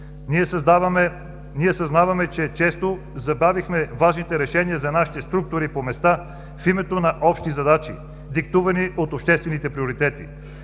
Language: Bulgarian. Съзнаваме, че често забавяхме важните решения за нашите структури по места в името на общи задачи, диктувани от обществените приоритети.